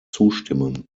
zustimmen